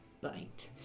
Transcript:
bite